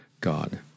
God